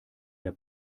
der